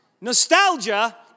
Nostalgia